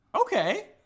Okay